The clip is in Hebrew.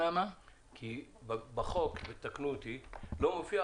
כי בחוק לא מופיע